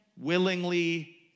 willingly